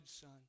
Son